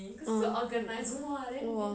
!whoa!